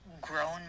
grown